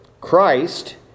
Christ